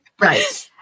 Right